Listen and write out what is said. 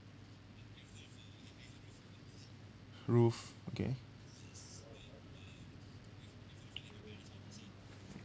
roof okay